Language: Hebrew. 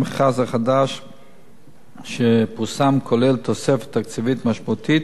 המכרז החדש שפורסם כולל תוספת תקציבית משמעותית